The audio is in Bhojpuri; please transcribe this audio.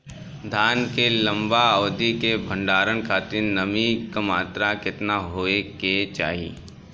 धान के लंबा अवधि क भंडारण खातिर नमी क मात्रा केतना होके के चाही?